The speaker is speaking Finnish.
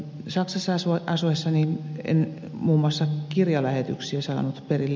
saksassa asuessani en muun muassa kirjalähetyksiä saanut perille